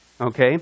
Okay